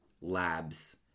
labs